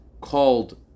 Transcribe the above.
called